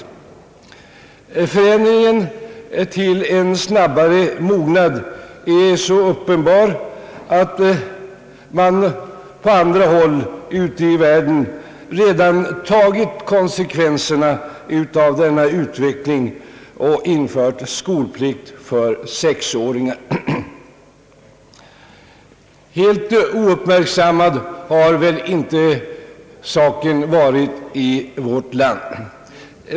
Förändringen till en snabbare mognad är så uppenbar att man på andra håll ute i världen redan har tagit konsekvenserna av den utvecklingen och infört skolplikt för sexåringar. Helt ouppmärksammad har väl inte saken varit i vårt land.